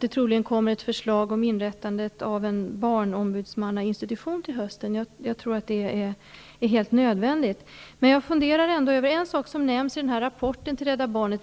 det troligen kommer ett förslag om inrättande av en barnombudsmannainstitution till hösten. Jag tror att det är helt nödvändigt. Men jag funderar ändå över en sak som nämns i rapporten till Rädda barnen.